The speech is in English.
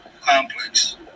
complex